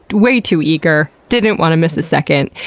way too eager, didn't want to miss a second.